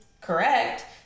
correct